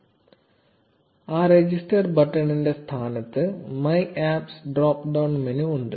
0157 ആ രജിസ്റ്റർ ബട്ടണിന്റെ സ്ഥാനത്ത് my apps drop down menu ഉണ്ട്